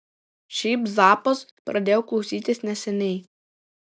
šiaip zappos pradėjau klausytis neseniai